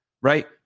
right